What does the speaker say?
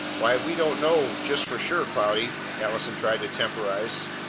why, we don't know, just for sure, cloudy, allison tried to temporize.